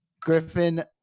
Griffin